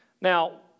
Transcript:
Now